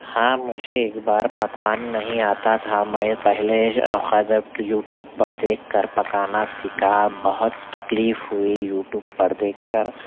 ہاں مجھے ایک بار پکوان نہیں آتا تھا میں پہلے یوٹیوب پر دیکھ کر پکانا سیکھا بہت تکلیف ہوئی یوٹیوب پر دیکھ کر